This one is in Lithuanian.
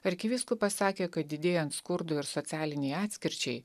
arkivyskupas sakė kad didėjant skurdui ir socialinei atskirčiai